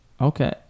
Okay